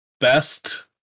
best